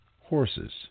horses